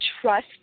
trust